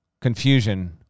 Confusion